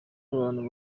abantu